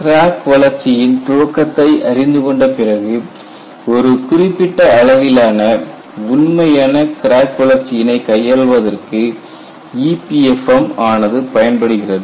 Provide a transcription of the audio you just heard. crack வளர்ச்சி யின் துவக்கத்தை அறிந்து கொண்ட பிறகு ஒரு குறிப்பிட்ட அளவிலான உண்மையான கிராக் வளர்ச்சி யினை கையாள்வதற்கு EPFM ஆனது பயன்படுகிறது